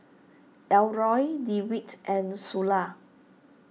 Elroy Dewitt and Sula